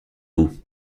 vous